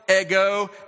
ego